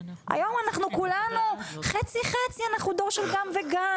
היום אנחנו כולנו חצי-חצי, אנחנו דור של גם וגם.